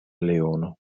leono